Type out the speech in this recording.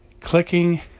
clicking